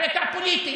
על רקע פוליטי,